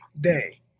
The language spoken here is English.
day